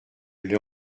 l’ai